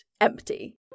empty